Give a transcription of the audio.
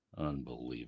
Unbelievable